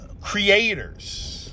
creators